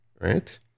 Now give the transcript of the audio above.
right